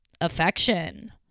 affection